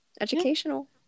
Educational